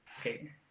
Okay